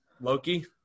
Loki